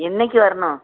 என்றைக்கி வரணும்